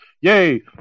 Yay